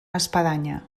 espadanya